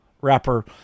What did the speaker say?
wrapper